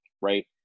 right